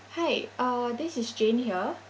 hi uh this is jane here